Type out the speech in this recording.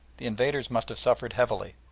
the invaders must have suffered heavily.